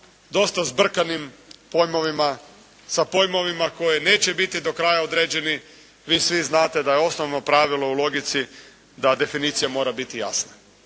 dosta zbrkanim pojmovima, sa pojmovima koji neće biti do kraja određeni, vi znate da je osnovno pravilo u logici da definicija mora biti jasna.